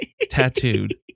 Tattooed